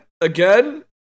Again